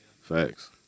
Facts